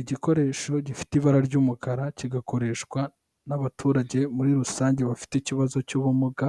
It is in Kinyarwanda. Igikoresho gifite ibara ry'umukara kigakoreshwa n'abaturage muri rusange bafite ikibazo cy'ubumuga,